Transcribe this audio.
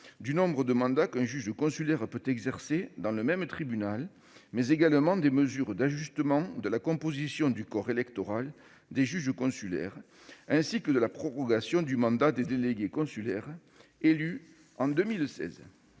du nombre de mandats qu'un juge consulaire peut exercer dans le même tribunal, mais également des mesures d'ajustement de la composition du corps électoral des juges consulaires, ainsi que de la prorogation du mandat des délégués consulaires élus en 2016.